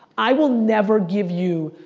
i will never give you,